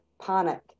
panic